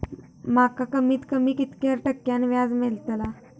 माका कमीत कमी कितक्या टक्क्यान व्याज मेलतला?